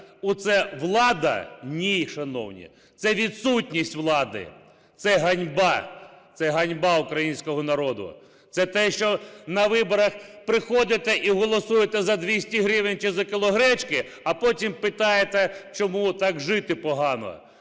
Оце влада? Ні, шановні, це – відсутність влади. Це ганьба. Це ганьба українського народу. Це те, що на виборах приходите і голосуєте за 200 гривень чи за кіло гречки, а потім питаєте, чому так жити погано.